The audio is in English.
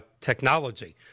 technology